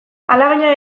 alabaina